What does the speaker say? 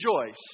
rejoice